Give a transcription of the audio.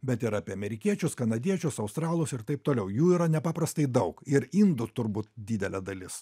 bet ir apie amerikiečius kanadiečius australus ir taip toliau jų yra nepaprastai daug ir indų turbūt didelė dalis